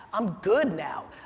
i'm good now,